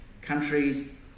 countries